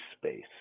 space